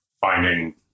finding